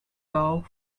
dog